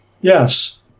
Yes